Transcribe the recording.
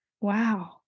wow